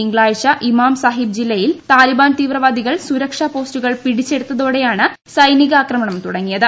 തിങ്കളാഴ്ച ഇമാം സാഹിബ് ജില്ലയിൽ താലിബാൻ തീവ്രവാദികൾ സുരക്ഷാ പോസ്റ്റുകൾ പിടിച്ചെടുത്ത്തോട്ടെയാണ് സൈനികാക്രമണം തുടങ്ങിയത്